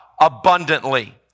Abundantly